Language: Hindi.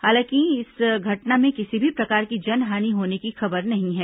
हालांकि इस घटना में किसी भी प्रकार की जनहानि होने की खबर नहीं है